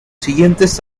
siguientes